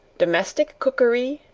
domestic cookery,